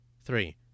Three